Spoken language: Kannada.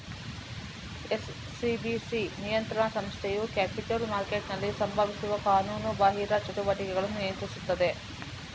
ಎಸ್.ಸಿ.ಬಿ.ಸಿ ನಿಯಂತ್ರಣ ಸಂಸ್ಥೆಯು ಕ್ಯಾಪಿಟಲ್ ಮಾರ್ಕೆಟ್ನಲ್ಲಿ ಸಂಭವಿಸುವ ಕಾನೂನುಬಾಹಿರ ಚಟುವಟಿಕೆಗಳನ್ನು ನಿಯಂತ್ರಿಸುತ್ತದೆ